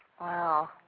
Wow